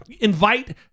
invite